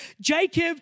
Jacob